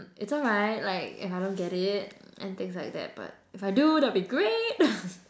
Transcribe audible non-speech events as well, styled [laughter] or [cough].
it's alright like if I don't get it and things like that but if I do that'll be great [laughs]